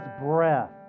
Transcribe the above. breath